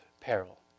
peril